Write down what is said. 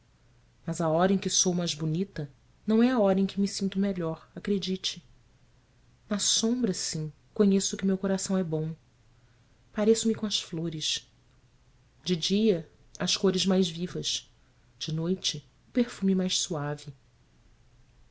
mas a hora em que sou mais bonita não é a hora em que me sinto melhor acredite na sombra sim conheço que meu coração é bom pareço-me com as flores de dia as cores mais vivas de noite o perfume mais suave